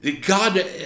God